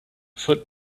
foot